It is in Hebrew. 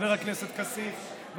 חבר הכנסת כסיף.